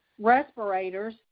Respirators